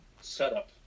setup